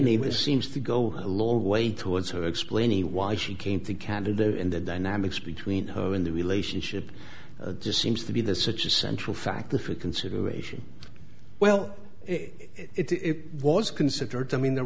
neighbor seems to go a long way towards her explaining why she came to canada in the dynamics between her and the relationship just seems to be there such a central fact the for consideration well it was considered i mean there